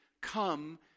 come